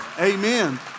Amen